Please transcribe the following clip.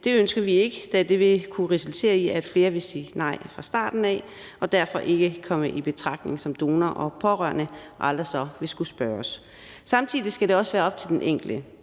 Det ønsker vi ikke, da det vil kunne resultere i, at flere vil sige nej fra starten af og derfor ikke komme i betragtning som donor og pårørende og så aldrig vil skulle spørges. Samtidig skal det også være op til den enkelte.